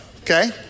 okay